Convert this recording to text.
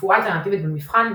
רפואה אלטרנטיבית במבחן,